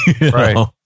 Right